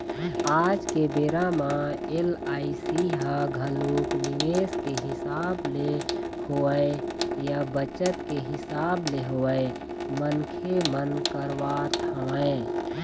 आज के बेरा म एल.आई.सी ह घलोक निवेस के हिसाब ले होवय या बचत के हिसाब ले होवय मनखे मन करवात हवँय